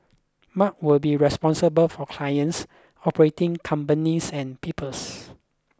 Mark will be responsible for clients operating companies and peoples